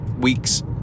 week's